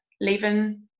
leaving